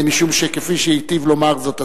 משום שכפי שהיטיב לומר זאת השר,